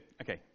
Okay